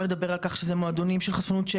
לדבר על כך שזה מועדונים של חשפנות.